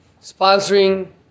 sponsoring